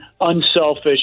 unselfish